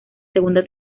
segunda